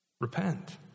Repent